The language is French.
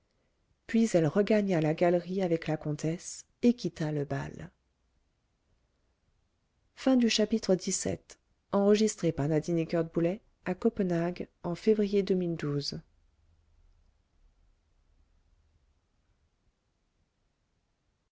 puis elle regagna la galerie avec la comtesse et quitta le bal